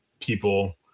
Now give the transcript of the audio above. people